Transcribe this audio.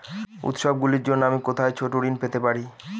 উত্সবগুলির জন্য আমি কোথায় ছোট ঋণ পেতে পারি?